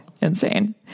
Insane